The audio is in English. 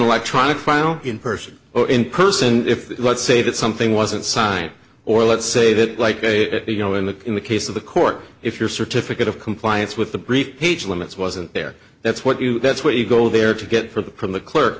electronic file in person or in person if let's say that something wasn't signed or let's say that like a you know in the in the case of the court if your certificate of compliance with the brief page limits wasn't there that's what you that's what you go there to get for the